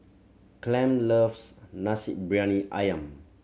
Clem loves Nasi Briyani Ayam